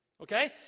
okay